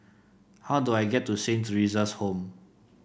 how do I get to Saint Theresa's Home